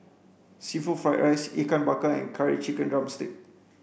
seafood fried rice Ikan Bakar and curry chicken drumstick